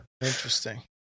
Interesting